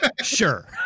sure